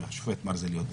והשופט מרזל יודע.